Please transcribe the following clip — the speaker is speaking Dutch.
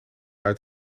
uit